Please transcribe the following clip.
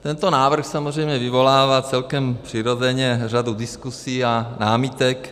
Tento návrh samozřejmě vyvolává celkem přirozeně řadu diskuzí a námitek.